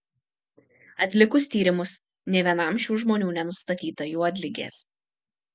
atlikus tyrimus nė vienam šių žmonių nenustatyta juodligės